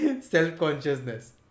self-consciousness